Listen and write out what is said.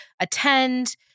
attend